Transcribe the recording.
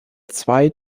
zwei